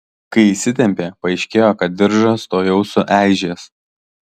kai įsitempė paaiškėjo kad diržas tuojau sueižės